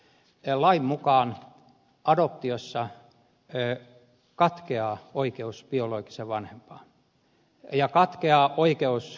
lain mukaan adoptiossa katkeaa oikeus biologiseen vanhempaan ja katkeaa oikeus myöskin isovanhempiin